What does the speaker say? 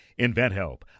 InventHelp